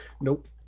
Nope